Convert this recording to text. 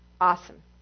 Awesome